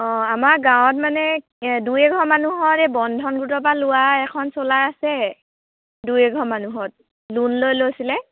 অঁ আমাৰ গাঁৱত মানে দুই এঘৰ মানুহৰ এই বন্ধন গোটৰপৰা লোৱা এখন চলাই আছে দুই এঘৰ মানুহত লোণ লৈ লৈছিলে